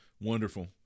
Wonderful